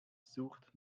sucht